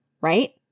right